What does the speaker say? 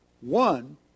One